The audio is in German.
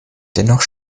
dennoch